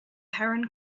heron